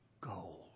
gold